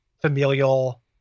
familial